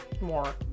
more